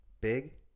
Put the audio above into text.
Big